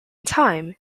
time